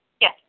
Yes